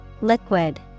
Liquid